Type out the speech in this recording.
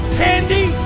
candy